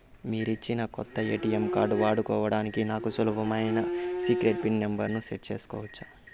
మీరిచ్చిన కొత్త ATM card వాడుకోవడానికి నాకు సులభమైన సీక్రెట్ పిన్ నెంబర్ ను సెట్ సేసుకోవచ్చా?